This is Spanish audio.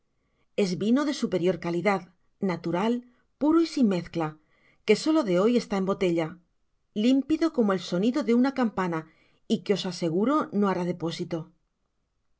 es vino de superior calidad natural puro y sin mezcla que solo de hoy está en botella limpido como el sonido de una campana y que os aseguro no hará depósito